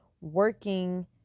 working